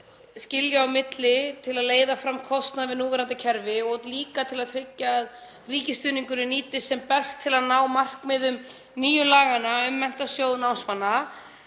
skilja á milli til að leiða fram kostnað við núverandi kerfi og líka til að tryggja að ríkisstuðningurinn nýtist sem best til að ná markmiðum nýju laganna um Menntasjóð námsmanna.